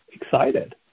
excited